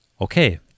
okay